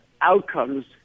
outcomes